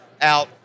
out